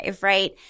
right